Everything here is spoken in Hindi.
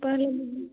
पहले भी